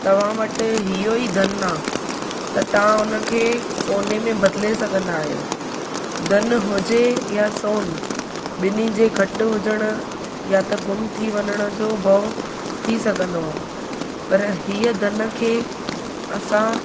तवां वट इहोई धन आहे त तव्हां हुनखे सोने में बदिले सघंदा आहियो धन हुजे या सोन ॿिन्ही जे घटि हुजण या त घुम थी वञण जो भओ थी सघंदो आहे पर हीअ धन खे असां